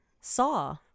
Saw